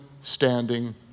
standing